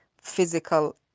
physical